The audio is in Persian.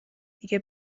دیگه